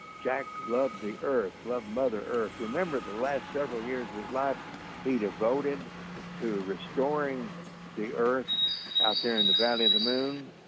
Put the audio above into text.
jack love the earth, love mother earth. remember the last several years of his love he devoted to restoring the earth out there in the valley of the moon,